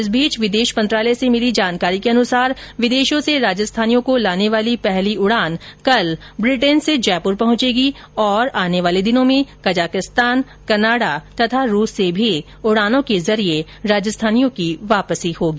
इस बीच विदेश मंत्रालय से मिली जानकारी के अनुसार विदेशों से राजस्थानियों को लाने वाली पहली उडान कल ब्रिटेन से जयपुर पहुंचेगी और आने वाले दिनों में कजाकिस्तान कनाडा और रूस से भी उडानों के जरिये राजस्थानियो की वापसी होगी